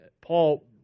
Paul